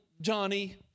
Johnny